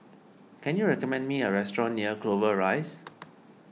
can you recommend me a restaurant near Clover Rise